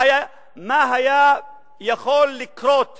יכול לקרות